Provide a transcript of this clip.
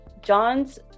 John's